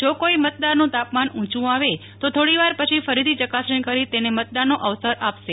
જો કોઈ મતદાર નું તાપમાન ઊંચું આવે તો થોડીવાર પછી ફરીથી ચકાસણી કરી તેને મતદાન નો અવસર આપશે